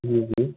जी जी